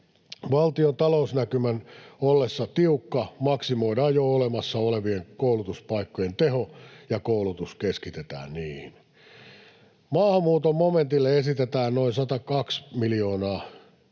Valtion talousnäkymän ollessa tiukka maksimoidaan jo olemassa olevien koulutuspaikkojen teho ja koulutus keskitetään niihin. Maahanmuuton momentille esitetään noin 102 miljoonaa,